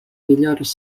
millores